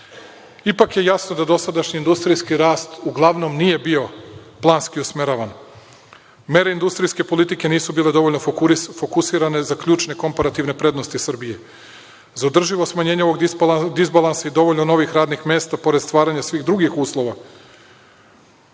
je jasno da dosadašnji industrijski rast uglavnom nije bio planski usmeravan. Mere industrijske politike nisu bile dovoljno fokusirane za ključne komparativne prednosti Srbije. Za održivo smanjenje ovog dizbalansa i dovoljno novih radnih mesta pored stvaranja svih drugih uslova,